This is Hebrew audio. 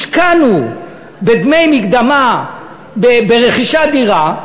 השקענו בדמי מקדמה ברכישת דירה,